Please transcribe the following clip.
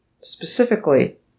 specifically